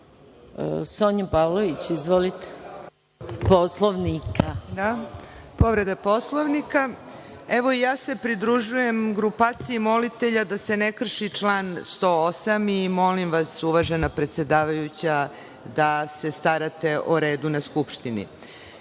Sonja Pavlović. **Sonja Pavlović** Povreda Poslovnika. Evo, i ja se pridružujem grupaciji molitelja da se ne krši član 108. i molim vas uvažena predsedavajuća da se starate o redovnoj Skupštini.